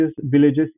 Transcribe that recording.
Villages